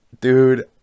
Dude